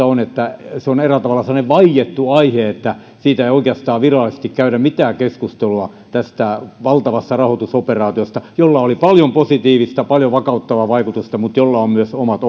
on että se on eräällä tavalla sellainen vaiettu aihe että ei oikeastaan virallisesti käydä mitään keskustelua tästä valtavasta rahoitusoperaatiosta jolla oli paljon positiivista paljon vakauttavaa vaikutusta mutta jolla on myös omat